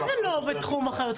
מה זה לא בתחום אחריותך?